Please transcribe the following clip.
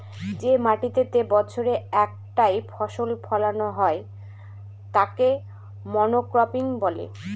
যে মাটিতেতে বছরে একটাই ফসল ফোলানো হয় তাকে মনোক্রপিং বলে